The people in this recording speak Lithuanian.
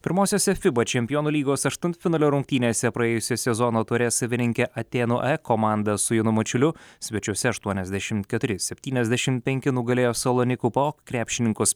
pirmosiose fiba čempionų lygos aštuntfinalio rungtynėse praėjusio sezono taurės savininkė atėnų komanda su jonu mačiuliu svečiuose aštuaniasdešimt keturi septyniasdešimt penki nugalėjo salonikų krepšininkus